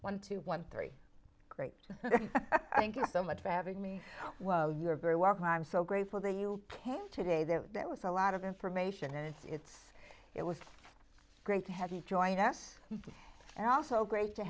one two one three great thank you so much for having me well you're very welcome i'm so grateful that you can today that there was a lot of information and it's it was great to have you join us also great to